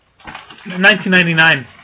1999